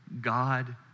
God